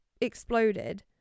exploded